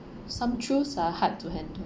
some truths are hard to handle